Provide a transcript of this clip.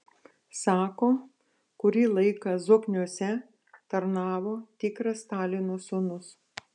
sako kurį laiką zokniuose tarnavo tikras stalino sūnus